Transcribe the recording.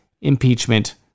impeachment